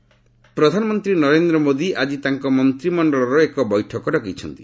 Modi meeting ପ୍ରଧାନମନ୍ତ୍ରୀ ନରେନ୍ଦ୍ର ମୋଦି ଆଜି ତାଙ୍କ ମନ୍ତ୍ରିମଣ୍ଡଳର ଏକ ବୈଠକ ଡକାଇଛନ୍ତି